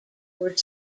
were